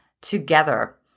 together